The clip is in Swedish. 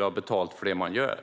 ha betalt för det man gör.